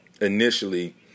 initially